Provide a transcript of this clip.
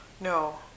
No